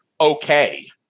Okay